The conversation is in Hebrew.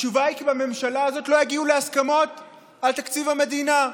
התשובה היא: כי בממשלה הזאת לא הגיעו להסכמות על תקציב המדינה.